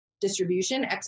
distribution